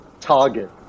target